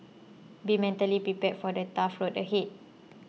be mentally prepared for the tough road ahead